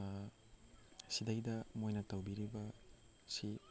ꯁꯤꯗꯩꯗ ꯃꯣꯏꯅ ꯇꯧꯕꯤꯔꯤꯕꯁꯤ